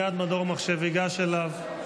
מייד מדור מחשב ייגש אליו.